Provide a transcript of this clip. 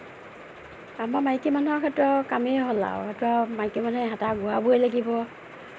আমাৰ মাইকী মানুহৰ সেইটো আৰু কামেই হ'ল আৰু মাইকী মানুহে হেতা ঘূৰাবই লাগিব